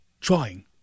trying